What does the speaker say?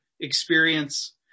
experience